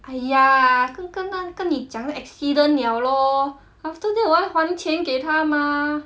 !aiya! 刚刚刚刚跟你讲 accident liao lor after that 我还还钱给她 mah